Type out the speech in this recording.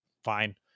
Fine